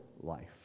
life